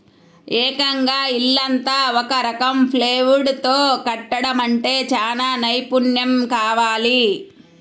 ఏకంగా ఇల్లంతా ఒక రకం ప్లైవుడ్ తో కట్టడమంటే చానా నైపున్నెం కావాలి